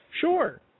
Sure